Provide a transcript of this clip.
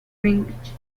greenwich